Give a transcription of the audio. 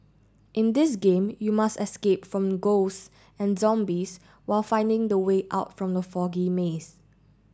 in this game you must escape from ghost and zombies while finding the way out from the foggy maze